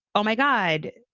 oh, my god.